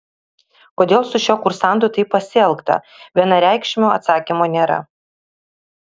kodėl su šiuo kursantu taip pasielgta vienareikšmio atsakymo nėra